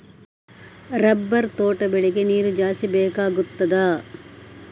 Rubber ತೋಟ ಬೆಳೆಗೆ ನೀರು ಜಾಸ್ತಿ ಬೇಕಾಗುತ್ತದಾ?